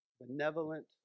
benevolent